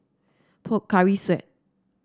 Pocari Sweat